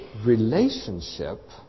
relationship